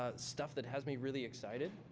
ah stuff that has me really excited?